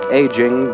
aging